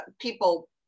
people